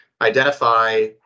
identify